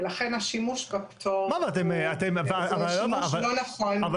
ולכן השימוש בפטור זה שימוש לא נכון --- מה,